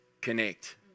connect